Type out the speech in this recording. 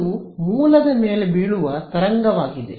ಇದು ಮೂಲದ ಮೇಲೆ ಬೀಳುವ ತರಂಗವಾಗಿದೆ